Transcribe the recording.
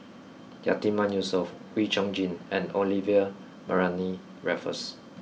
Yatiman Yusof Wee Chong Jin and Olivia Mariamne Raffles